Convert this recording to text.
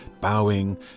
bowing